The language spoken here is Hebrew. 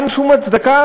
אין שום הצדקה,